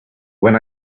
when